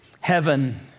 Heaven